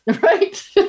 Right